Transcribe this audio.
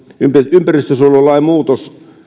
ympäristönsuojelulain muutos